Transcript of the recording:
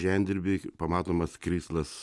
žemdirbiui pamatomas krislas